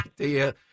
idea